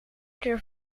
keer